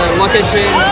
location